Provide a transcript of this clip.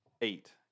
eight